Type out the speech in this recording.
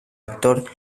actor